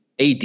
ad